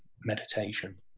meditation